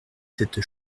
cette